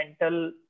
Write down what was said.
mental